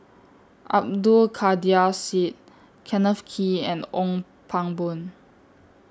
Abdul Kadir Syed Kenneth Kee and Ong Pang Boon